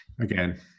again